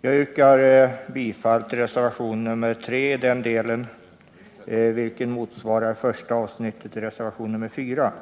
Jag yrkar bifall till reservationen 3 i denna del, vilken motsvarar första avsnittet i reservationen 4.